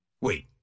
Wait